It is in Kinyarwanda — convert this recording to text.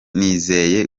nizeye